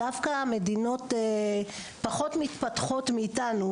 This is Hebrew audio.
דווקא מדינות פחות מתפתחות מאיתנו,